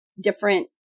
different